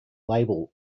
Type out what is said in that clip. label